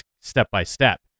step-by-step